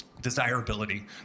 desirability